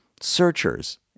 searchers